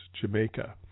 Jamaica